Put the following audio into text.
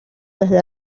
desde